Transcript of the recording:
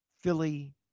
Philly